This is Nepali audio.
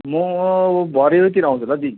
म अब भरेतिर आउँछु होला दी